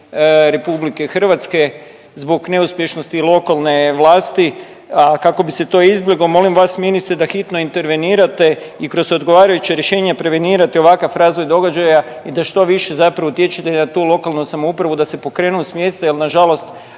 građani RH zbog neuspješnosti lokalne vlast. A kako bi se to izbjeglo molim vas ministre da hitno intervenirate i kroz odgovarajuće rješenje prevenirate ovakav razvoj događaja i da što više zapravo utječete na tu lokalnu samoupravu da se pokrenu s mjesta jer nažalost